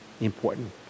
important